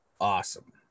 Awesome